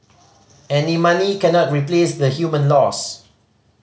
any money cannot replace the human loss